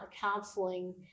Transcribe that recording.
counseling